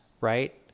right